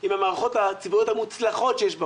היא מהמערכות הציבוריות המוצלחות שיש ב-OECD.